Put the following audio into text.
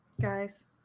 guys